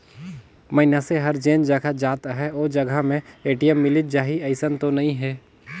मइनसे हर जेन जघा जात अहे ओ जघा में ए.टी.एम मिलिच जाही अइसन तो नइ हे